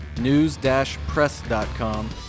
news-press.com